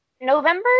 November